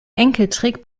enkeltrick